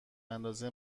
اندازه